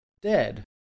dead